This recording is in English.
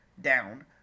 down